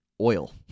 oil